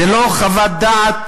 זו לא חוות דעת